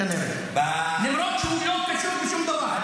כנראה, למרות שהוא לא קשור בשום דבר.